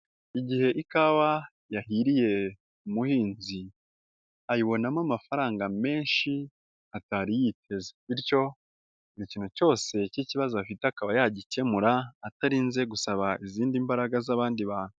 Igihe ikawa yahiriye umuhinzi ayibonamo amafaranga menshi atari yiteze, bityo buri ikintuintu cyose cy'ikibazo afite akaba yagikemura atarinze gusaba izindi mbaraga z'abandi bantu.